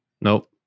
Nope